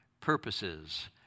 purposes